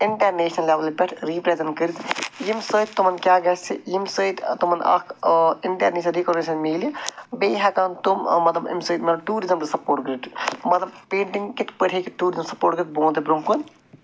international لیوٚلہِ پٮ۪ٹھ represent کٔرِتھ ییٚمہِ سۭتۍ تِمَن کیٛاہ گژھِ ییٚمہِ سۭتۍ تِمَن اکھ اِنٹرنیشنَل رَکاگنیشَن میلہِ بیٚیہِ ہٮ۪کان تِم مطلب اَمہِ سۭتۍ ٹیٛوٗرِزٕم تہِ سَپورٹ کٔرِتھ مطلب پینٹِنٛگ کِتھٕ پٲٹھۍ ہٮ۪کہِ ٹیٛوٗرِزٕمس سَپورٹ کٔرِتھ بہٕ وَنہٕ تۄہہِ برٛونٛہہ کُن